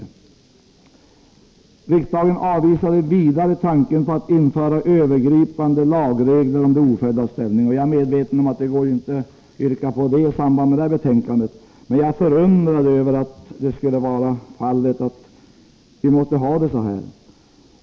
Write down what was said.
Riksdagen har tidigare avvisat tanken på att införa övergripande lagregler om oföddas ställning. Jag är medveten om att det inte går att yrka på det i samband med behandlingen av detta betänkande. Men det förundrar mig att vi måste ha det så här.